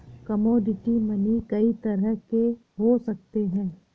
commodity money कई तरह के हो सकते हैं